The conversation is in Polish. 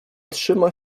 trzyma